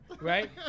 right